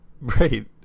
right